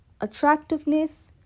attractiveness